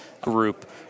group